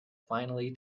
finally